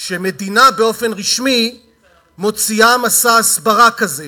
שמדינה באופן רשמי מוציאה מסע הסברה כזה.